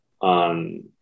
on